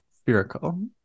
spherical